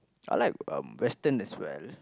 I like western as well